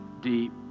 deep